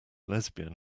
lesbian